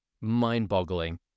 mind-boggling